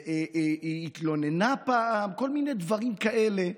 היא התלוננה פעם, כל מיני דברים כאלה,